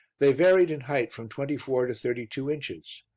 they varied in height from twenty-four to thirty-two inches.